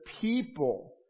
people